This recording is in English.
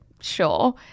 Sure